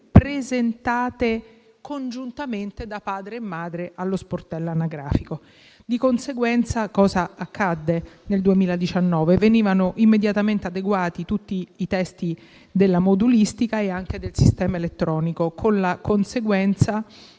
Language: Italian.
presentate congiuntamente da padre e madre allo sportello anagrafico. Accadde così che nel 2019 venivano immediatamente adeguati tutti i testi della modulistica e anche del sistema elettronico, con la conseguenza